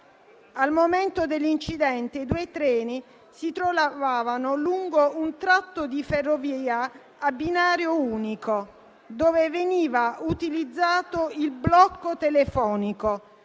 Al momento dell'incidente i due treni si trovavano lungo un tratto di ferrovia a binario unico dove veniva utilizzato il blocco telefonico,